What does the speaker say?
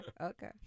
Okay